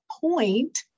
point